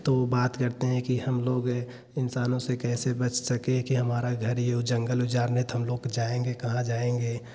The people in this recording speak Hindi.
तो बात करते हैं कि हम लोग इंसानों से कैसे बच सकें कि हमारा घर यह जंगल उजारने त हम लोग जाएँगे कहाँ जाएँगे